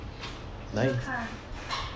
nice